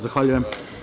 Zahvaljujem.